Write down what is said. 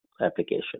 application